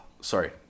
sorry